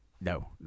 no